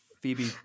phoebe